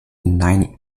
nein